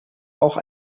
auch